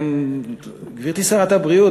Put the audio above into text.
גברתי שרת הבריאות,